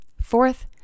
Fourth